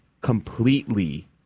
completely